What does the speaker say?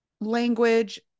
language